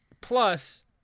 Plus